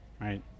right